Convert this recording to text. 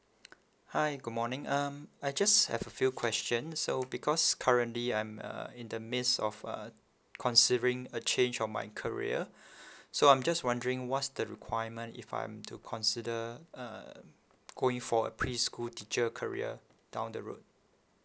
hi good morning um I just have a few question so because currently I'm uh in the midst of uh considering a change of my career so I'm just wondering what's the requirement if I'm to consider uh going for a preschool teacher career down the road